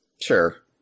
Sure